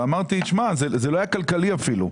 אמרתי, תשמע, זה לא היה כלכלי אפילו.